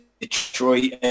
Detroit